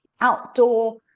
outdoor